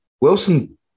Wilson